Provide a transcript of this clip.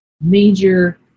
major